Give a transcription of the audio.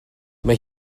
mae